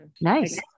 Nice